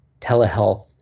telehealth